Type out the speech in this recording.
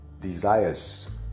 desires